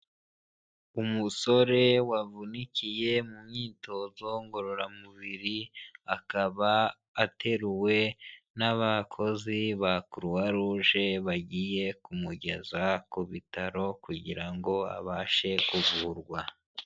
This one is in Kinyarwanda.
Umusore wavunikiye mu myitozo ngororamubiri akaba ateruwe n'abakozi ba kuruwa ruje bagiye kumugeza ku bitaro kugira ngo abashe kuvurwa.